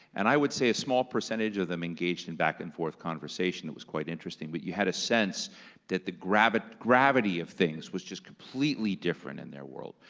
and i would say a small percentage of them engaged in back and forth conversation. it was quite interesting, but you had a sense that the gravity gravity of things was just completely different in their world,